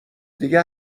دیگه